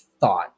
thought